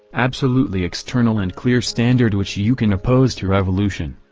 absolutely external and clear standard which you can oppose to revolution,